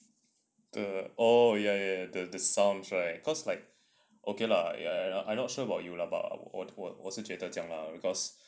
the oh ya ya ya the sounds right cause like okay lah I I not sure about you lah but 我是觉得这样 lah because